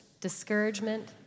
discouragement